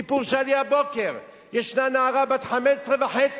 סיפור שהיה לי הבוקר: ישנה נערה בת 15 וחצי,